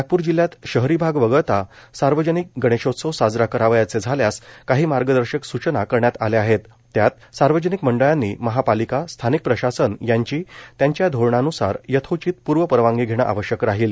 नागपूर जिल्हयात शहरी भाग वगळता सार्वजनिक गणेशोत्सव साजरा करावयाचे झाल्यास काही मार्गदर्शक सूचना करण्यात आल्या आहेत त्यात सार्वजनिक मंडळांनी महापालिका स्थानिक प्रशासन यांची त्यांच्या धोरणान्सार यथोचित प्र्व परवानगी घेणे आवश्यक राहील